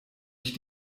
ich